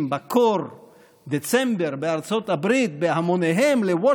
בהמוניהם בקור דצמבר בארצות הברית לוושינגטון,